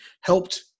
helped